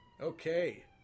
Okay